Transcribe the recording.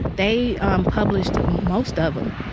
they um published ah most of them.